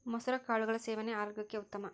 ಮಸುರ ಕಾಳುಗಳ ಸೇವನೆ ಆರೋಗ್ಯಕ್ಕೆ ಉತ್ತಮ